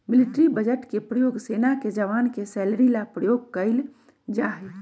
military budget के प्रयोग सेना के जवान के सैलरी ला प्रयोग कइल जाहई